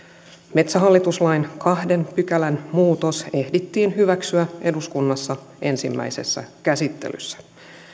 metsähallitus lain kahden pykälän muutos ehdittiin hyväksyä eduskunnassa ensimmäisessä käsittelyssä